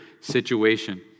situation